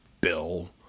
Bill